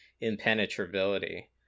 impenetrability